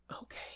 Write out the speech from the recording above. Okay